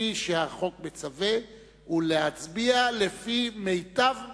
כפי שהחוק מצווה, ולהצביע לפי מיטב מצפונו.